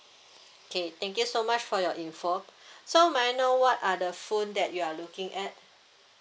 okay thank you so much for your info so may I know what are the phone that you are looking at